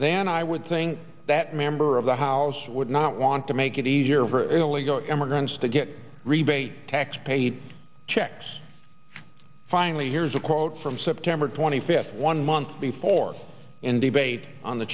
then i would think that member of the house would not want to make it easier for illegal immigrants to get a rebate tax paid checks finally here's a quote from september twenty fifth one month before in